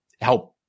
help